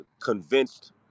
convinced